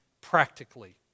practically